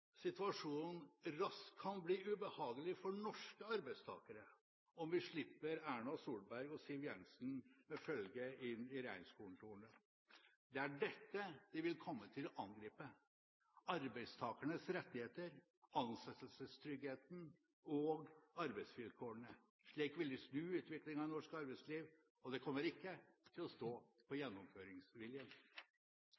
situasjonen raskt kan bli ubehagelig for norske arbeidstakere om vi slipper Erna Solberg og Siv Jensen med følge inn i regjeringskontorene. Det er dette de vil komme til å angripe: arbeidstakernes rettigheter, ansettelsestryggheten og arbeidsvilkårene. Slik vil de snu utviklingen i norsk arbeidsliv, og det kommer ikke til å stå på